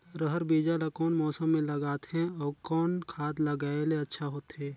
रहर बीजा ला कौन मौसम मे लगाथे अउ कौन खाद लगायेले अच्छा होथे?